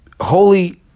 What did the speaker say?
holy